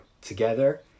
Together